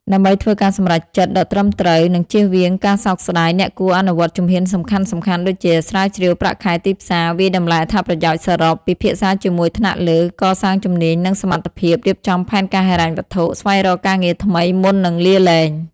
ដើម្បីធ្វើការសម្រេចចិត្តដ៏ត្រឹមត្រូវ និងចៀសវាងការសោកស្ដាយ អ្នកគួរអនុវត្តជំហានសំខាន់ៗដូចជា ស្រាវជ្រាវប្រាក់ខែទីផ្សារ វាយតម្លៃអត្ថប្រយោជន៍សរុប ពិភាក្សាជាមួយថ្នាក់លើ កសាងជំនាញ និងសមត្ថភាព រៀបចំផែនការហិរញ្ញវត្ថុ ស្វែងរកការងារថ្មីមុននឹងលាលែង។